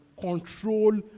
control